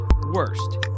worst